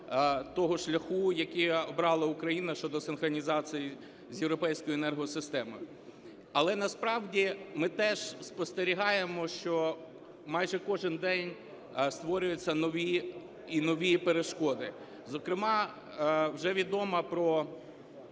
того шляху, який обрала Україна щодо синхронізації з європейською енергосистемою. Але насправді ми теж спостерігаємо, що майже кожен день створюються нові і нові перешкоди, зокрема вже відомо про